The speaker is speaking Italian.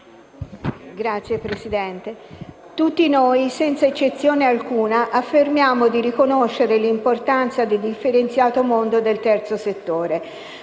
Signor Presidente, tutti noi, senza eccezione alcuna, affermiamo di riconoscere l'importanza del differenziato mondo del terzo settore,